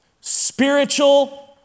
spiritual